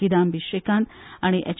किदांबी श्रीकांत आनी एच